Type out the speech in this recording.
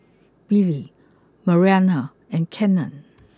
Billie Mariana and Kellen